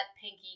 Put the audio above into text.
Pinky